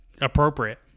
appropriate